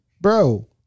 bro